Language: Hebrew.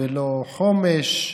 ולא חומש.